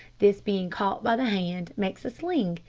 this being caught by the hand, makes a sling,